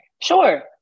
Sure